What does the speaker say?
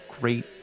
great